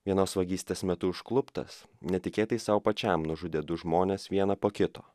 vienos vagystės metu užkluptas netikėtai sau pačiam nužudė du žmones vieną po kito